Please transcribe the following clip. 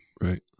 Right